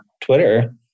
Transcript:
Twitter